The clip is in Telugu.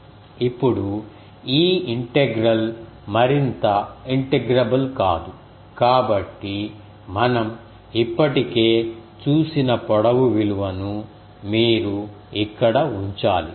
ఇప్పుడు ఈ ఇంటెగ్రల్ మరింత ఇంటిగ్రబుల్ కాదు కాబట్టి మనం ఇప్పటికే చూసిన పొడవు విలువను మీరు ఇక్కడ ఉంచాలి